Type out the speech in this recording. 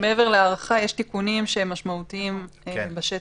כי מעבר להארכה, יש תיקונים שהם משמעותיים בשטח.